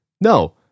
No